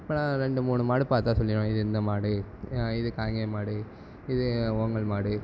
இப்போ நான் ரெண்டு மூணு மாடு பார்த்தா சொல்லிடுவேன் இது இந்த மாடு இது காங்கேயன் மாடு இது ஒங்கோல் மாடு